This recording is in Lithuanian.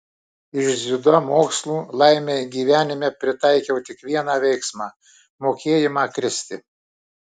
iš dziudo mokslų laimei gyvenime pritaikiau tik vieną veiksmą mokėjimą kristi